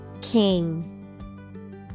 King